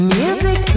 music